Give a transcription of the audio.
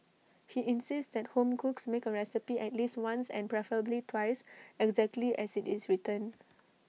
he insists that home cooks make A recipe at least once and preferably twice exactly as IT is written